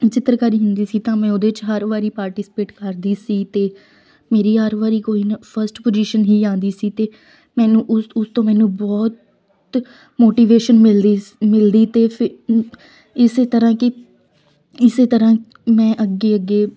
ਚਿੱਤਰਕਾਰੀ ਹੁੰਦੀ ਸੀ ਤਾਂ ਮੈਂ ਉਹਦੇ 'ਚ ਹਰ ਵਾਰੀ ਪਾਰਟੀਸਪੇਟ ਕਰਦੀ ਸੀ ਅਤੇ ਮੇਰੀ ਹਰ ਵਾਰੀ ਕੋਈ ਨਾ ਫਸਟ ਪੁਜ਼ੀਸ਼ਨ ਹੀ ਆਉਂਦੀ ਸੀ ਅਤੇ ਮੈਨੂੰ ਉਸ ਉਸ ਤੋਂ ਮੈਨੂੰ ਬਹੁਤ ਮੋਟੀਵੇਸ਼ਨ ਮਿਲਦੀ ਮਿਲਦੀ ਅਤੇ ਫਿਰ ਅ ਇਸ ਤਰ੍ਹਾਂ ਕਿ ਇਸ ਤਰ੍ਹਾਂ ਮੈਂ ਅੱਗੇ ਅੱਗੇ